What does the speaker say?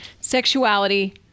sexuality